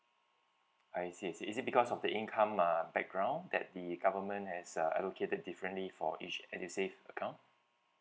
I see I see is it because of the income uh background that the government has uh allocated differently for each edusave account